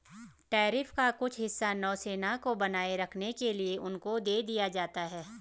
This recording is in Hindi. टैरिफ का कुछ हिस्सा नौसेना को बनाए रखने के लिए उनको दे दिया जाता है